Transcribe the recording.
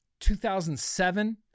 2007